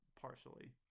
partially